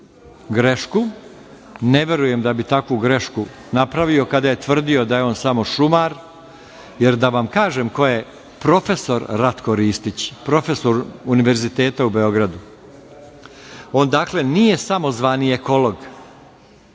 grešku. Ne verujem da bi takvu grešku napravio kada je tvrdio da je on samo šumar. Jer, da vam kažem ko je profesor Ratko Ristić. Profesor Ratko Ristić, profesor univerziteta u Beogradu, on nije samozvani ekolog